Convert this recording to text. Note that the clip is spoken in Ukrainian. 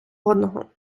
одного